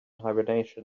hibernation